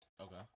Okay